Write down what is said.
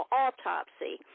autopsy